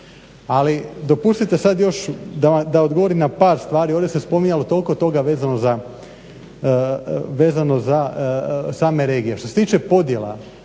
Ali dopustite sad još da odgovorim na par stvari. Ovdje se spominjalo toliko toga vezano za same regije. Što se tiče podjela